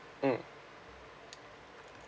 mm